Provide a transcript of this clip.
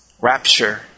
Rapture